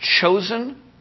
chosen